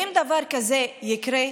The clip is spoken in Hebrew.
אם דבר כזה יקרה,